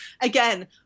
again